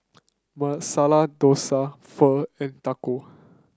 Masala Dosa Pho and Taco